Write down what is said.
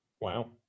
Wow